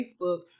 Facebook